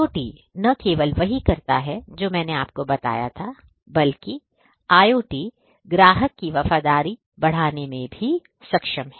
IoT न केवल वही करता है जो मैंने आपको बताया था बल्कि IoT ग्राहक की वफादारी बढ़ाने में भी सक्षम है